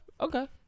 Okay